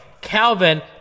Calvin